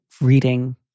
reading